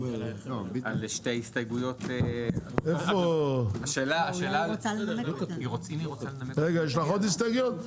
יש לך עוד הסתייגויות?